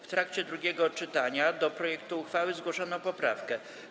W trakcie drugiego czytania do projektu uchwały zgłoszono poprawkę.